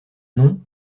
nom